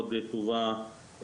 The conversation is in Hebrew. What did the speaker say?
מאוד טובה,